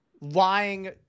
lying